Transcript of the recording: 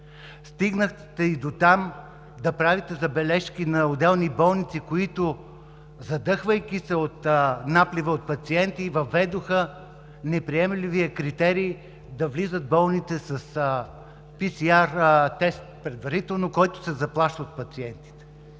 Стигнахте и дотам да правите забележки на отделни болници, които, задъхвайки се от наплива от пациенти, въведоха неприемливия критерий болните да влизат с предварителен PCR тест, който се заплаща от пациентите.